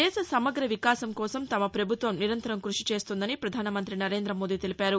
దేశ సమగ్ర వికాసం కోసం తమ ప్రభుత్వం నిరంతరం క్బషి చేస్తోందని పధానమంత్రి నరేందమోదీ తెలిపారు